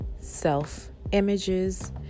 self-images